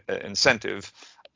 incentive